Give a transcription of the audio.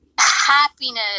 Happiness